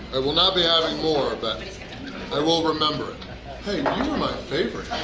i will not be having more, but i will remember it! hey, you are my favorite!